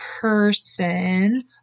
person